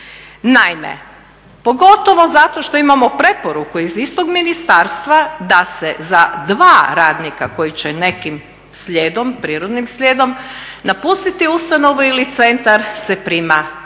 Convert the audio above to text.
Naime, pogotovo zato što imamo preporuku iz istog ministarstva da se za dva radnika koji će nekim slijedom, prirodnim slijedom napustiti ustanovu ili centar se prima jedan.